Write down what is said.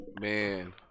man